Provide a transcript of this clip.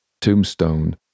tombstone